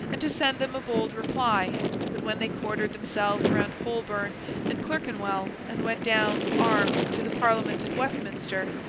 and to send them a bold reply but when they quartered themselves around holborn and clerkenwell, and went down, armed, to the parliament at westminster,